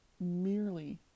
merely